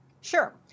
Sure